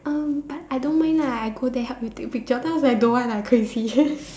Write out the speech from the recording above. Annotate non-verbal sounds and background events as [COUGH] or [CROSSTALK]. mm but I don't mind lah I go there help you take picture then I was like don't want ah crazy [LAUGHS]